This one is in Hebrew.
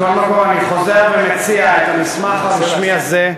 מכל מקום, אני חוזר ומציע את המסמך הרשמי הזה,